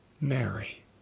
Mary